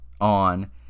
on